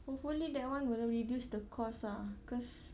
hopefully that [one] will reduce the cost ah cause